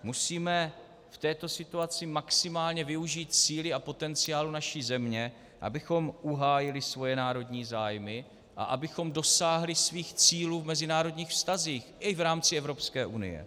Musíme v této situaci maximálně využít síly a potenciálu naší země, abychom uhájili svoje národní zájmy a abychom dosáhli svých cílů v mezinárodních vztazích i v rámci Evropské unie.